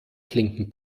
klinken